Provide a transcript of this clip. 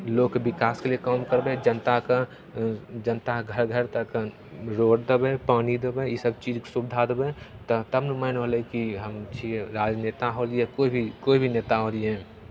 लोक विकासके लिए काम करतै जनताके जनता घर घर तक रोड देबै पानि देबै इसभ चीजके सुविधा देबै तऽ तब नए मानि भेलै कि हम छियै राजनेता होलियै कोइ भी कोइ भी नेता होलियै